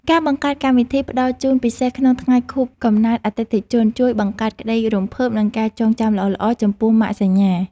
ការបង្កើតកម្មវិធីផ្តល់ជូនពិសេសក្នុងថ្ងៃខួបកំណើតអតិថិជនជួយបង្កើតក្តីរំភើប និងការចងចាំល្អៗចំពោះម៉ាកសញ្ញា។